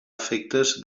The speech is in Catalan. efectes